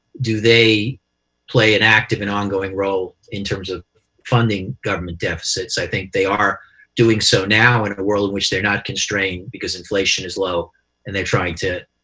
do they play an active and ongoing role in terms of funding government deficits. i think they are doing so now in a world in which they're not constrained because inflation is low and they're trying to